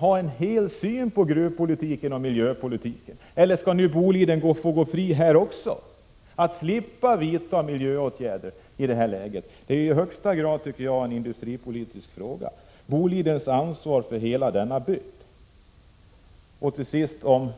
Jag tänker då både på miljöpolitiken och på gruvpolitiken. Eller skall Boliden få gå fri även i detta avseende? Att slippa vidta åtgäder på miljöområdet är enligt min mening i högsta grad en industripolitisk fråga. Boliden har ett ansvar för hela denna bygd. Till sist är det fråga om